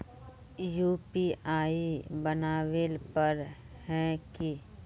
UPI बनावेल पर है की?